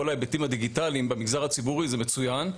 ההיבטים הדיגיטליים במגזר הציבורי זה מצוין.